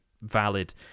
valid